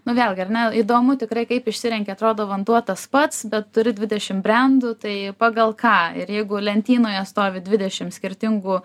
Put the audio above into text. nu vėlgi ar ne įdomu tikrai kaip išsirenki atrodo vanduo tas pats bet turi dvidešim brendų tai pagal ką ir jeigu lentynoje stovi dvidešim skirtingų